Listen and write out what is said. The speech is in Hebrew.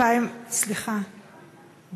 סליחה,